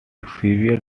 xavier